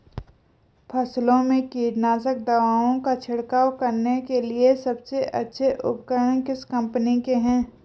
फसलों में कीटनाशक दवाओं का छिड़काव करने के लिए सबसे अच्छे उपकरण किस कंपनी के हैं?